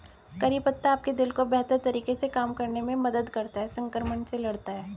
करी पत्ता आपके दिल को बेहतर तरीके से काम करने में मदद करता है, संक्रमण से लड़ता है